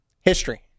History